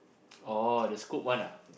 oh the scoop one ah